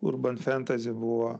urban fentezi buvo